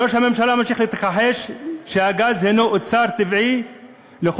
ראש הממשלה מתכחש לכך שהגז הוא אוצר טבעי של כל